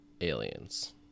aliens